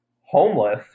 homeless